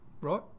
right